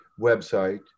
website